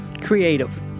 creative